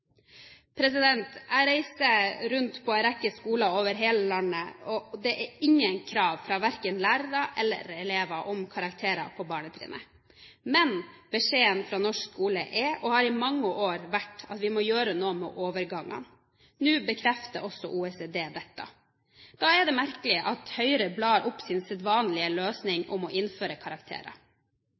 Jeg reiser rundt på en rekke skoler over hele landet, og det er ingen krav verken fra lærere eller elever om karakterer på barnetrinnet. Men beskjeden fra norsk skole er og har i mange år vært at vi må gjøre noe med overgangene. Nå bekrefter også OECD dette. Da er det merkelig at Høyre blar opp sin sedvanlige løsning om å innføre